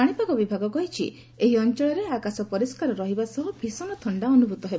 ପାଣିପାଗ ବିଭାଗ କହିଛି ଏହି ଅଞ୍ଚଳରେ ଆକାଶ ପରିଷ୍କାର ରହିବା ସହ ଭୀଷଣ ଥଣ୍ଡା ଅନୁଭୂତ ହେବ